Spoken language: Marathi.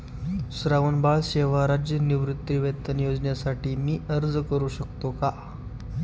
श्रावणबाळ सेवा राज्य निवृत्तीवेतन योजनेसाठी मी अर्ज करू शकतो का?